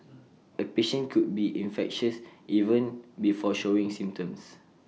A patient could be infectious even before showing symptoms